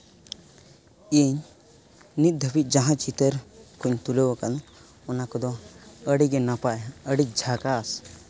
ᱤᱧ ᱱᱤᱛ ᱫᱷᱟᱹᱵᱤᱡ ᱡᱟᱦᱟᱸ ᱪᱤᱛᱟᱹᱨ ᱠᱚᱧ ᱛᱩᱞᱟᱹᱣ ᱟᱠᱟᱫᱟ ᱚᱱᱟ ᱠᱚᱫᱚ ᱟᱹᱰᱤ ᱜᱮ ᱱᱟᱯᱟᱭᱟ ᱟᱹᱰᱤ ᱡᱷᱟᱠᱟᱥ